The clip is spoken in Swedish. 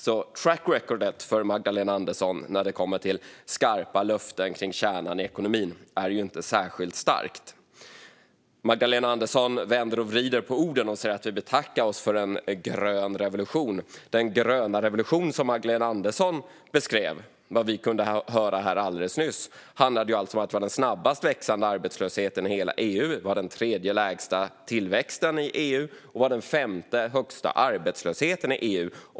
Magdalena Anderssons track record när det kommer till skarpa löften kring kärnan i ekonomin är inte särskilt starkt. Magdalena Andersson vänder och vrider på orden. Hon säger att vi betackar oss för en grön revolution. Den gröna revolution som Magdalena Andersson beskrev, vad vi kunde höra här alldeles nyss, handlade alltså om att vi har den snabbast växande arbetslösheten i hela EU, den tredje lägsta tillväxten i EU och den femte högsta arbetslösheten i EU.